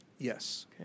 Yes